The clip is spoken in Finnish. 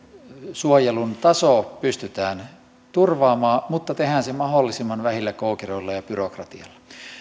suojelun taso pystytään turvaamaan mutta tehdään se mahdollisimman vähillä koukeroilla ja byrokratialla